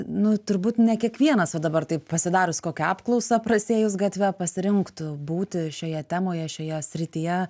nu turbūt ne kiekvienas va dabar taip pasidarius kokią apklausą prasiėjus gatve pasirinktų būti šioje temoje šioje srityje